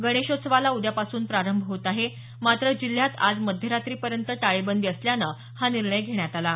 गणेशोत्सवाला उद्यापासून प्रारंभ होत आहे मात्र जिल्ह्यात आज मध्यरात्रीपर्यंत टाळेबंदी असल्यानं हा निर्णय घेण्यात आला आहे